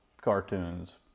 cartoons